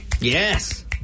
Yes